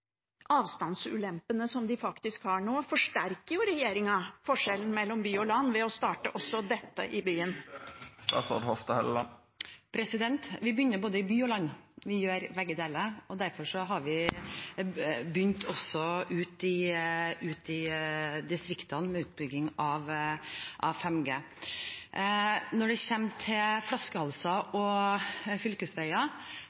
avstandsulempene de faktisk har? Nå forsterker jo regjeringen forskjellen mellom by og land ved å starte også dette i byene. Vi begynner i både by og land. Vi gjør begge deler, og derfor har vi begynt også ute i distriktene med utbygging av 5G. Når det gjelder flaskehalser og fylkesveier, er det